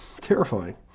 terrifying